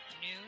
news